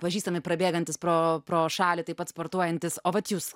pažįstami prabėgantys pro pro šalį taip pat sportuojantys o vat jus